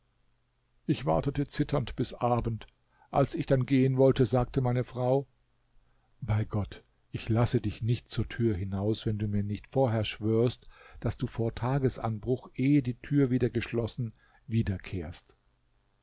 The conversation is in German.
ich wartete zitternd bis abend als ich dann gehen wollte sagte meine frau bei gott ich lasse dich nicht zur tür hinaus wenn du mir nicht vorher schwörst daß du vor tagesanbruch ehe die tür wieder geschlossen wiederkehrst